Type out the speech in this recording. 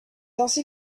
ainsi